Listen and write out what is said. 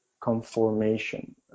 conformation